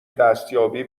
دستیابی